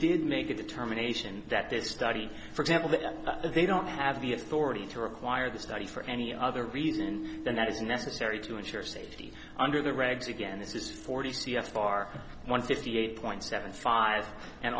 did make a determination that this study for example that they don't have the authority to require the study for any other reason than that is necessary to ensure safety under the regs again this is forty c f r one fifty eight point seven five and